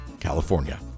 california